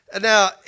Now